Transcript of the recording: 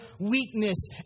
weakness